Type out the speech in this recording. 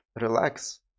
relax